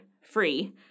free